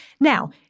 Now